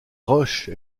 roches